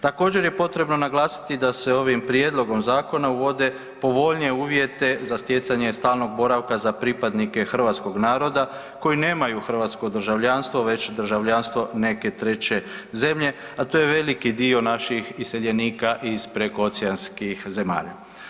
Također je potrebno naglasiti da se ovim prijedlogom zakona uvode povoljnije uvjete za stjecanje stalnog boravka za pripadnike hrvatskog naroda koji nemaju hrvatsko državljanstvo već državljanstvo neke treće zemlje, a to je veliki dio naših iseljenika iz prekooceanskih zemalja.